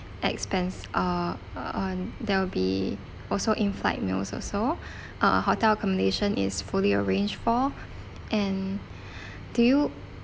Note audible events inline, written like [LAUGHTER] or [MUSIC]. expense uh on there will be also inflight meals also [BREATH] uh hotel accommodation is fully arranged for and [BREATH] do you